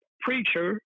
preacher